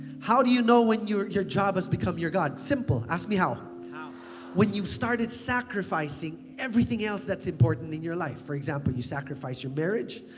how do you know when your your job has become your god? simple. ask me how. when you started sacrificing everything else that's important in your life. for example, you sacrifice your marriage,